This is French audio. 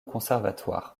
conservatoire